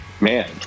Man